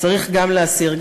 צריך להסיר.